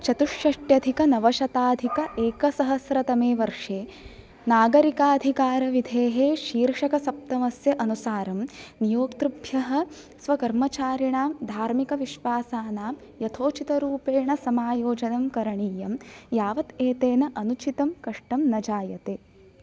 चतुषट्यधिकनवशताधिक एकसहस्रतमे वर्षे नागरिकाधिकारविधेः शीर्षकसप्तमस्य अनुसारं नियोक्तृभ्यः स्वकर्मचारिणां धार्मिकविश्वासानाम् यथोचितरूपेण समायोजनं करणीयम् यावत् एतेन अनुचितं कष्टं न जायते